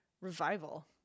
revival